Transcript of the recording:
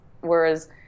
whereas